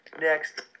Next